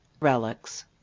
relics